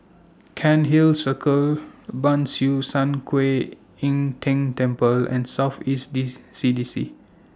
Cairnhill Circle Ban Siew San Kuan Im Tng Temple and South East dis C D C